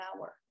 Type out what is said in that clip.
hour